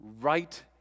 Right